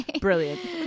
brilliant